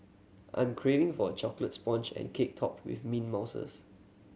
I'm craving for a chocolate sponge cake topped with mint mousses